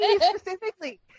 specifically